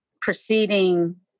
proceeding